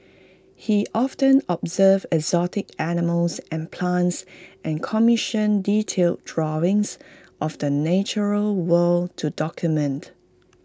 he often observed exotic animals and plants and commissioned detailed drawings of the natural world to document